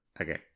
Okay